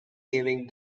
giving